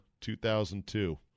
2002